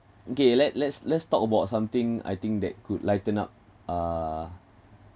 okay let let's let's talk about something I think that could lighten up uh